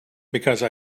because